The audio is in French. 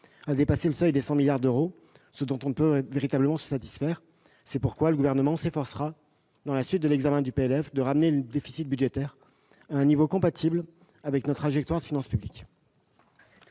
à dépasser le seuil des 100 milliards d'euros, ce dont on ne peut se satisfaire. C'est pourquoi le Gouvernement s'efforcera, dans la suite de l'examen du texte, de ramener le déficit budgétaire à un niveau compatible avec notre trajectoire de finances publiques.